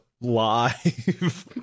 live